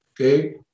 okay